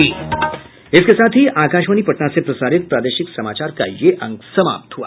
इसके साथ ही आकाशवाणी पटना से प्रसारित प्रादेशिक समाचार का ये अंक समाप्त हुआ